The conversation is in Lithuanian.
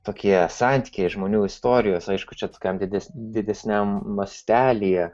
tokie santykiai žmonių istorijos aišku čia skam didesniam mastelyje